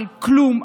על כלום,